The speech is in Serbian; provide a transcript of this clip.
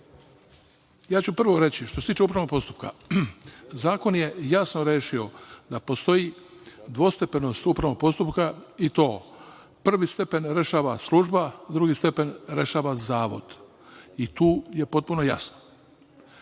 ću prvo reći, što se tiče upravnog postupka – zakon je jasno rešio da postoji dvostepenost upravnog postupka i to prvi stepen rešava Služba, drugi stepen rešava Zavod i tu je potpuno jasno. Drugo,